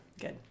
Good